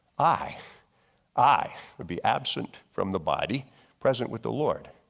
i i would be absent from the body present with the lord.